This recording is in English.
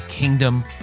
kingdom